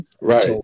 Right